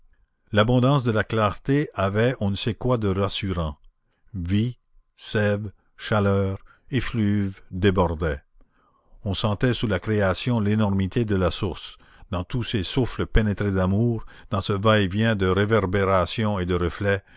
l'abondance de la clarté avait on ne sait quoi de rassurant vie sève chaleur effluves débordaient on sentait sous la création l'énormité de la source dans tous ces souffles pénétrés d'amour dans ce va-et-vient de réverbérations et de reflets